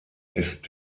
ist